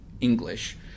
English